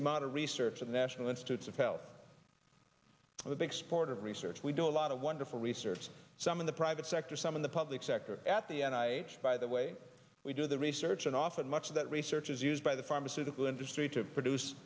the amount of research for the national institutes of health the big sport of research we do a lot of wonderful research some in the private sector some in the public sector at the and i by the way we do the research and often much of that research is used by the pharmaceutical industry to produce